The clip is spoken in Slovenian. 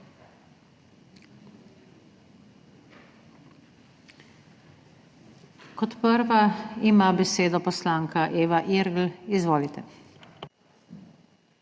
Kot prva ima besedo poslanka Eva Irgl. Izvolite.